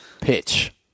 pitch